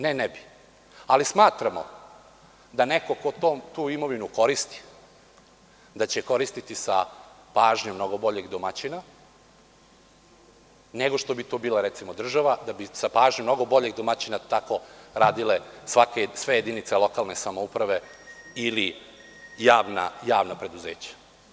Ne, ne bi, ali smatramo da neko ko tu imovinu koristi, da će je koristiti sa pažnjom mnogo boljeg domaćina nego što bi to bila recimo država, da bi sa pažnjom mnogo boljeg domaćina tako radile sve jedinice lokalne samouprave ili javna preduzeća.